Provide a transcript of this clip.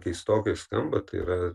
keistokai skamba tai yra